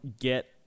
get